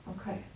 Okay